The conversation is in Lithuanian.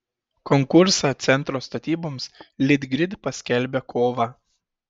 konkursą centro statyboms litgrid paskelbė kovą